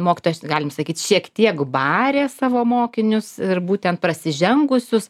mokytojas galima sakyt šiek tiek barė savo mokinius ir būtent prasižengusius